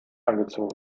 angezogen